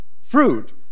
fruit